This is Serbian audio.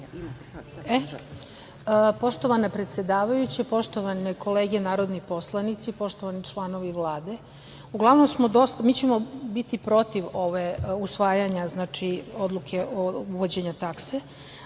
Poštovana predsedavajuća, poštovane kolege narodni poslanici, članovi Vlade, uglavnom smo dosta, mi ćemo biti protiv usvajanja odluke o uvođenju takse,